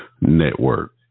Network